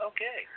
Okay